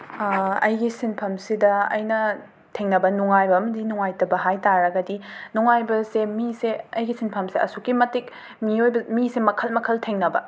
ꯑꯩꯒꯤ ꯁꯤꯟꯐꯝꯁꯤꯗ ꯑꯩꯅ ꯊꯦꯡꯅꯕ ꯅꯨꯡꯉꯥꯏꯕ ꯑꯃꯗꯤ ꯅꯨꯡꯉꯥꯏꯇ ꯍꯥꯏ ꯇꯥꯔꯒꯗꯤ ꯅꯨꯡꯉꯥꯏꯕꯁꯦ ꯃꯤꯁꯦ ꯑꯩꯒꯤ ꯁꯤꯟꯐꯝꯁꯦ ꯑꯁꯨꯛꯀꯤ ꯃꯇꯤꯛ ꯃꯤꯌꯣꯏꯕ ꯃꯤꯁꯦ ꯃꯈꯜ ꯃꯈꯜ ꯊꯦꯡꯅꯕ